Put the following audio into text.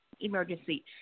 emergency